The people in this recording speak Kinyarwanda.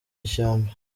ishyamba